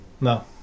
No